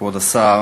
כבוד השר,